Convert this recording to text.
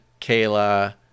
Kayla